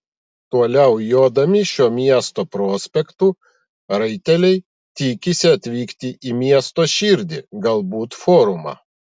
toliau jodami šiuo miesto prospektu raiteliai tikisi atvykti į miesto širdį galbūt forumą